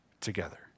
together